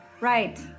Right